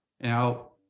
Now